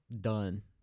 done